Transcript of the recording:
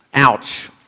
ouch